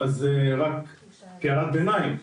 אז זו רק כהערת ביניים.